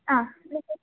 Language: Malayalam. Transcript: ആ